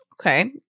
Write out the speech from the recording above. Okay